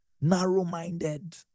Narrow-minded